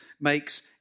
makes